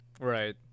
right